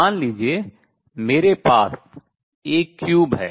मान लीजिए मेरे पास एक cube घन है